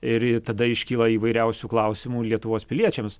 ir tada iškyla įvairiausių klausimų lietuvos piliečiams